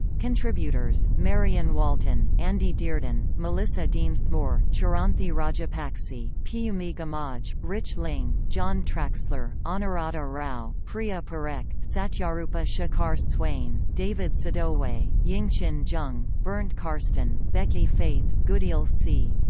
contributors marion walton, andy dearden, melissa densmore, chiranthi rajapakse, piyumi gamage, rich ling, john traxler, anuradha rao, priya parekh, satyarupa shekhar swain, david sadoway, yingqin zheng, bernd carsten, becky faith, goodiel c.